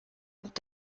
und